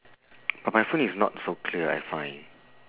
but my phone is not so clear I find